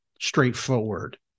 straightforward